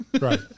right